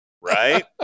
Right